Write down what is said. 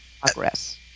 progress